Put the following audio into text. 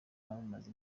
abamaze